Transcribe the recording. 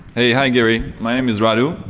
hey, hi, gary, my name is radul.